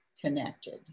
connected